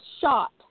shot